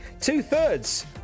two-thirds